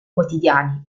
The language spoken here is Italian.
quotidiani